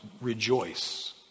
rejoice